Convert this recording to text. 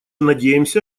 надеемся